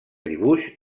dibuix